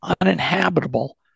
uninhabitable